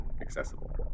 accessible